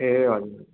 ए हजुर